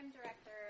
director